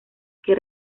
que